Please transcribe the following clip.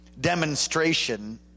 Demonstration